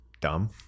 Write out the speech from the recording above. dumb